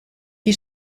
die